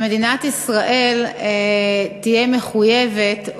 ולמדינת ישראל תהיה מחויבות,